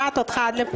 ועוד מן הסתם ייאמר,